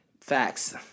facts